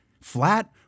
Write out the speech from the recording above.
flat